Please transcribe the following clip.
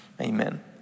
amen